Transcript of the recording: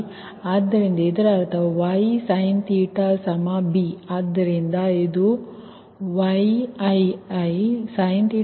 ಆದ್ದರಿಂದ ಇದರರ್ಥ Y Bಆದ್ದರಿಂದ ಇದು |Yii| iiBii ಸರಿ